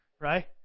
right